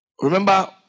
Remember